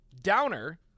downer